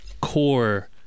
core